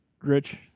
Rich